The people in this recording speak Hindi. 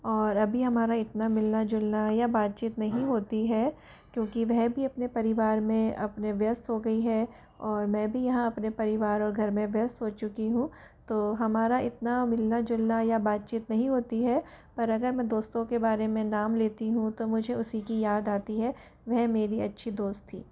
और अभी हमारा इतना मिलना जुलना या बात चित नहीं होती है क्योंकि वह भी अपने परिवार में अपने व्यस्त हो गई है और मैं भी यहाँ अपने परिवार और घर में व्यस्त हो चुकी हूँ तो हमारा इतना मिलना जुलना या बातचीत नहीं होती है पर अगर मैं दोस्तों के बारे में नाम लेती हूँ तो मुझे उसी की याद आती है वह मेरी अच्छी दोस्त थी